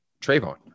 Trayvon